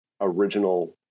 original